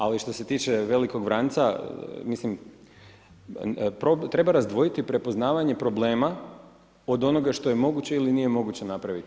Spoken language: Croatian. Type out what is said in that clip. Ali što se tiče velikog vranca, mislim, treba razdvojiti prepoznavanje problema od onoga što je moguće ili nije moguće napraviti.